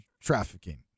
trafficking